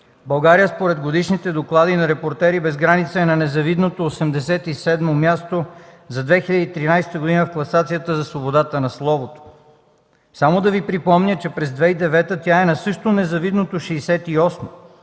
България според годишните доклади на „Репортери без граница” е на незавидното 87-мо място за 2013 г. в класацията за свободата на словото. Само ще Ви припомня, че през 2009 г. тя е на същото незавидно 68-мо